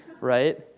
Right